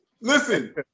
Listen